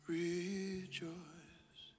rejoice